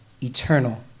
eternal